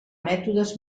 mètodes